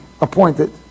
appointed